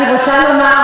אני רוצה לומר,